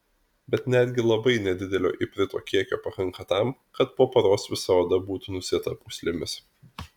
bet netgi labai nedidelio iprito kiekio pakanka tam kad po paros visa oda būtų nusėta pūslėmis